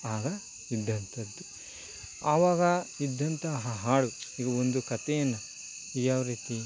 ಆಗ ಇದ್ದಂತದ್ದು ಆವಾಗ ಇದ್ದಂತಹ ಹಾಡು ಈಗ ಒಂದು ಕಥೆಯನ್ನು ಯಾವರೀತಿ